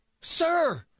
Sir